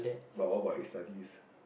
but what about his studies